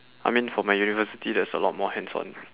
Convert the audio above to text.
I mean for my university there's a lot more hands on